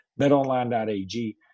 Betonline.ag